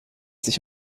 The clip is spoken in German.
sich